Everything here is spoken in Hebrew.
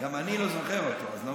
גם אני לא זוכר אותו, אז לא משנה.